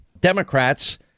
democrats